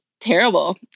terrible